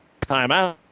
Timeout